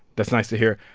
that's nice to hear.